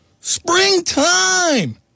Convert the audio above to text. Springtime